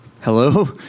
Hello